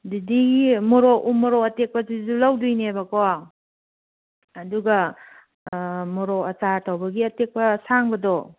ꯑꯗꯨꯗꯤ ꯎꯃꯣꯔꯣꯛ ꯑꯇꯦꯛꯄꯗꯨꯁꯨ ꯂꯧꯗꯣꯏꯅꯦꯕꯀꯣ ꯑꯗꯨꯒ ꯃꯣꯔꯣꯛ ꯑꯆꯥꯔ ꯇꯧꯕꯒꯤ ꯑꯇꯦꯛꯄ ꯑꯁꯥꯡꯕꯗꯣ